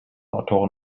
autoren